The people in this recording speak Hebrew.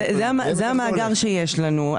זה המאגר שיש לנו.